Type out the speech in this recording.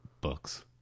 books